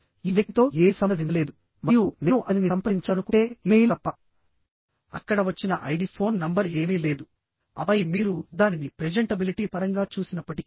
ఈ వ్యక్తితో ఏమీ సంప్రదించలేదు మరియు నేను అతనిని సంప్రదించాలనుకుంటే ఇమెయిల్ తప్ప అక్కడ వచ్చిన ఐడి ఫోన్ నంబర్ ఏమీ లేదు ఆపై మీరు దానిని ప్రెజెంటబిలిటీ పరంగా చూసినప్పటికీ